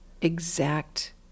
exact